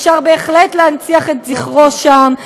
אפשר בהחלט להנציח את זכרו שם,